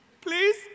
please